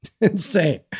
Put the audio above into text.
Insane